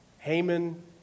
Haman